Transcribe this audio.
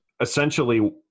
Essentially